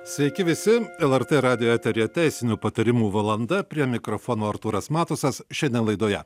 sveiki visi lrt radijo eteryje teisinių patarimų valanda prie mikrofono artūras matusas šiandien laidoje